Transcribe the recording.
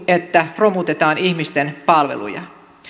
että romutetaan ihmisten palveluja